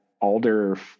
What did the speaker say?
alder